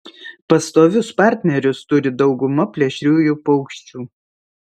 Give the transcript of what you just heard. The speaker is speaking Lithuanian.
pastovius partnerius turi dauguma plėšriųjų paukščių